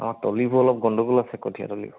অঁ তলিবোৰ অলপ গণ্ডগোল আছে কঠীয়াতলিবোৰ